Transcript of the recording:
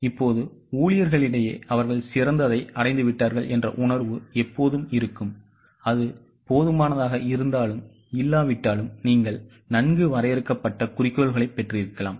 இப்போது ஊழியர்களிடையே அவர்கள் சிறந்ததை அடைந்துவிட்டார்கள் என்ற உணர்வு எப்போதும் இருக்கும் அது போதுமானதாக இருந்தாலும் இல்லாவிட்டாலும் நீங்கள் நன்கு வரையறுக்கப்பட்ட குறிக்கோள்களைப் பெற்றிருக்கலாம்